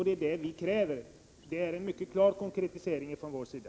Det är det vi kräver. Det är en mycket klar konkretisering från vår sida.